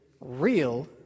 real